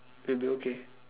redo okay